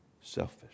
selfish